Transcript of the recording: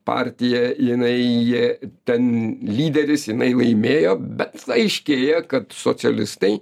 partija jinai jie ten lyderis jinai laimėjo bet aiškėja kad socialistai